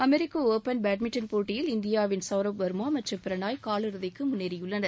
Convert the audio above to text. அமெரிக்க open badminton போட்டியில் இந்தியாவின் சவ்ரப் வர்மா மற்றும் பிரணாய் காலிறுதிக்கு முன்னேறியுள்ளார்